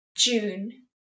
June